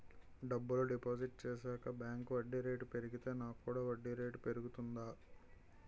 డబ్బులు డిపాజిట్ చేశాక బ్యాంక్ వడ్డీ రేటు పెరిగితే నాకు కూడా వడ్డీ రేటు పెరుగుతుందా?